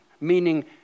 meaning